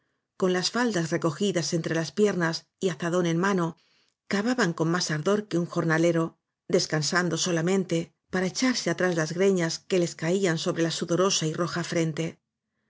con las faldas recogidas entre las piernas y azadón en mano cavaban más ardor con que un jornalero descansando solamente para echarse atrás las greñas que les caía sobre la sudorosa y roja frente